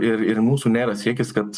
ir ir mūsų nėra siekis kad